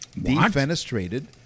Defenestrated